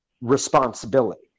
responsibility